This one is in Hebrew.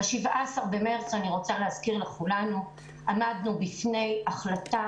אני רוצה להזכיר לכולנו שב-17 במרץ עמדנו בפני החלטה